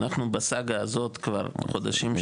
אנחנו בסגה הזאת כבר חודשים שלמים.